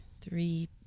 Three